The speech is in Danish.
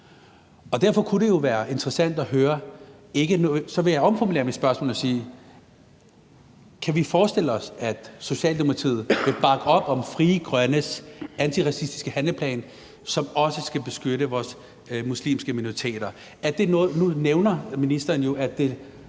fordi de særlig er udsatte. Jeg vil omformulere mit spørgsmål og sige: Kan vi forestille os, at Socialdemokratiet vil bakke op om Frie Grønnes antiracistiske handleplan, som også skal beskytte vores muslimske minoriteter? Nu nævner ministeren jo, at man